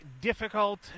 difficult